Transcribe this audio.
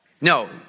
no